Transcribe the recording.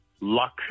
luck